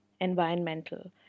environmental